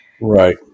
Right